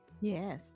Yes